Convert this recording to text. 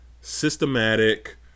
systematic